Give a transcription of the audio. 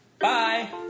Bye